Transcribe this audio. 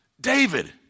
David